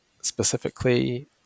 specifically